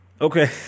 Okay